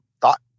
thought